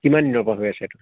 কিমান দিনৰ পৰা হৈ আছে এইটো